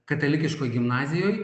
katalikiškoj gimnazijoj